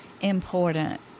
important